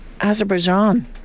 Azerbaijan